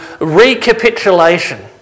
recapitulation